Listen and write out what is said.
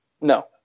No